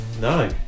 No